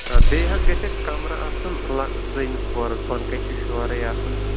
بیٚیہِ حظ گژھِ اَسہِ کَمرٕ آسُن لَہ دٔیمِس پورَس بۄنہٕ کَنۍ چھِ شورٕے آسان تہٕ